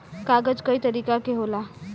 कागज कई तरीका के होला